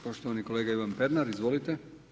Poštovani kolega Ivan Pernar, izvolite.